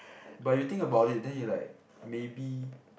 but you think about it then you like maybe